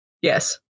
Yes